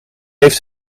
heeft